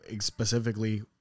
specifically